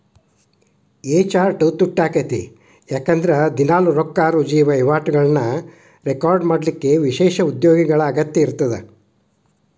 A chart ತುಟ್ಯಾಕ್ಕೇತಿ ಯಾಕಂದ್ರ ದಿನಾಲೂ ರೊಕ್ಕಾರುಜಿ ವಹಿವಾಟುಗಳನ್ನ ರೆಕಾರ್ಡ್ ಮಾಡಲಿಕ್ಕ ವಿಶೇಷ ಉದ್ಯೋಗಿಗಳ ಅಗತ್ಯ ಇರ್ತದ